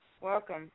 welcome